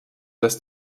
das